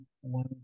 one